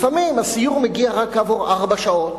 לפעמים הסיור מגיע רק כעבור ארבע שעות,